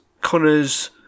Connor's